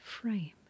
frame